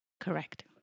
correct